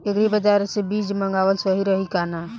Agri बाज़ार से बीज मंगावल सही रही की ना?